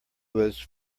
was